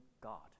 God